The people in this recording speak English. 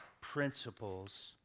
principles